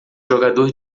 jogador